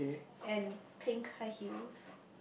and pink high heels